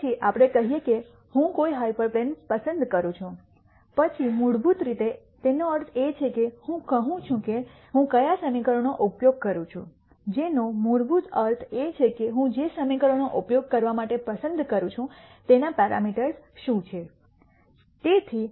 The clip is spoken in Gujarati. પછી આપણે કહીએ કે હું કઇ હાઇપરપ્લેન પસંદ કરું છું પછી મૂળભૂત રીતે તેનો અર્થ એ છે કે હું કહું છું કે હું કયા સમીકરણનો ઉપયોગ કરું છું જેનો મૂળભૂત અર્થ એ છે કે હું જે સમીકરણનો ઉપયોગ કરવા માટે પસંદ કરું છું તેના પેરામીટર્સ શું છે